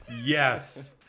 yes